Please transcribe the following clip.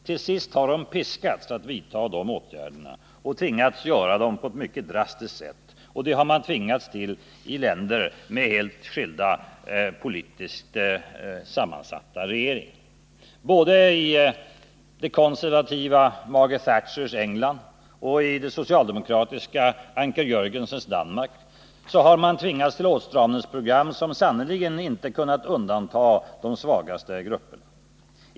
Till sist har de piskats att vidta åtgärder av ett mycket drastiskt slag — detta i länder med helt skilda politiskt sammansatta regeringar. Både det konservativa Margaret Thatchers England och det socialdemokratiska Anker Jörgensens Danmark har tvingats till åstramningsprogram, som sannerligen inte kunnat undanta de svagaste grupperna.